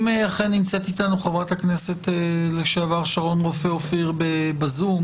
אם אכן נמצאת אתנו חברת הכנסת לשעבר שרון רופא אופיר בזום,